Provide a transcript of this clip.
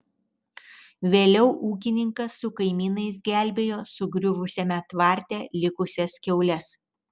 vėliau ūkininkas su kaimynais gelbėjo sugriuvusiame tvarte likusias kiaules